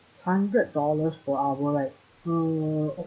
hundred dollars per hour right uh